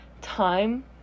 time